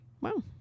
Wow